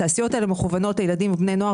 התעשיות האלה מכוונות לילדים ובני נוער